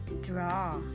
draw